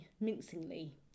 mincingly